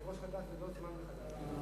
היושב-ראש נותן לך זמן.